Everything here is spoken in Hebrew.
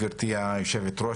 גברתי היושבת-ראש,